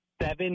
Seven